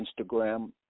Instagram